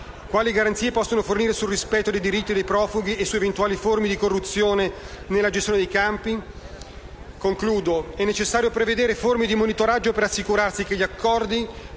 Quali garanzie possono fornire sul rispetto dei diritti dei profughi e su eventuali forme di corruzione nella gestione dei campi? In conclusione, è necessario prevedere forme di monitoraggio per assicurarsi che gli accordi